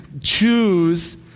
choose